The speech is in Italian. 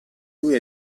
lui